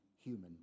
human